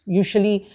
usually